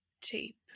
cheap